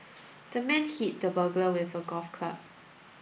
the man hit the burglar with a golf club